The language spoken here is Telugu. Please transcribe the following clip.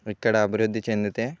ఇక్కడ అభివృద్ధి చెందితే